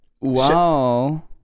Wow